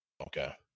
Okay